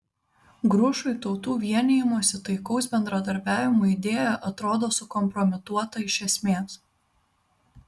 grušui tautų vienijimosi taikaus bendradarbiavimo idėja atrodo sukompromituota iš esmės